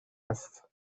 است